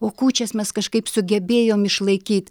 o kūčias mes kažkaip sugebėjom išlaikyt